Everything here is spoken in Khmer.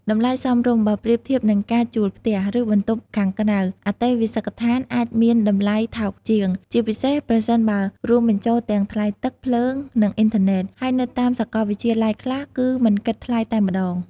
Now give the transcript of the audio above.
តម្លៃសមរម្យ បើប្រៀបធៀបនឹងការជួលផ្ទះ ឬបន្ទប់ខាងក្រៅ អន្តេវាសិកដ្ឋានអាចមានតម្លៃថោកជាង ជាពិសេសប្រសិនបើរួមបញ្ចូលទាំងថ្លៃទឹក ភ្លើង និងអុីនធឺណេត ហើយនៅតាមសកលវិទ្យាល័យខ្លះគឺមិនគិតថ្លៃតែម្ដង។